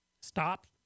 stop